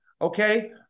Okay